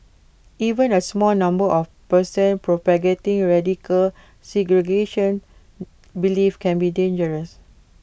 even A small number of persons propagating radical segregation beliefs can be dangerous